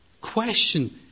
question